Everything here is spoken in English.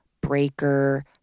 Breaker